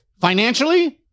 financially